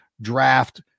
draft